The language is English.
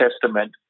testament